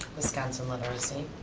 wisconsin literacy.